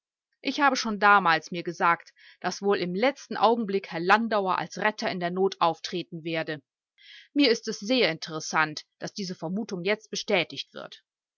ich habe schon damals mir gesagt daß wohl im letzten augenblick herr landauer als retter in der not auftreten werde mir ist es sehr interessant daß diese vermutung jetzt bestätigt wird